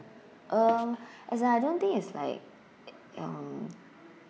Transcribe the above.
um as in I don't think it's like um